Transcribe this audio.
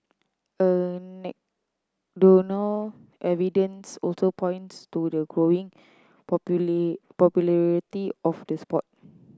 anecdotal evidence also points to the growing popularity of the sport